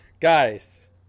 Guys